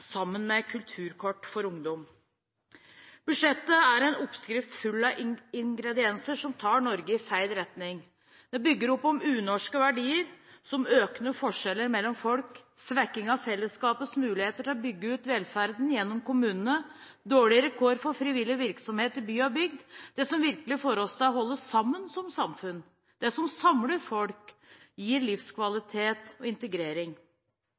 sammen med Kulturkort for ungdom. Budsjettet er en oppskrift full av ingredienser som tar Norge i feil retning. Det bygger opp om unorske verdier, som økende forskjeller mellom folk, svekking av fellesskapets muligheter til å bygge ut velferden gjennom kommunene og dårligere kår for frivillig virksomhet i by og bygd – det som virkelig får oss til å holde sammen som samfunn, det som samler folk og gir livskvalitet og integrering.